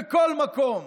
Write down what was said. בכל מקום,